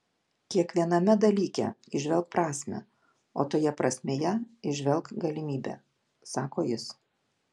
kiekviename dalyke įžvelk prasmę o toje prasmėje įžvelk galimybę sako jis